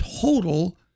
total